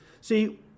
See